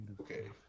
Okay